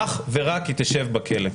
אך ורק תשב בכלא.